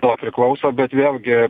to priklauso bet vėlgi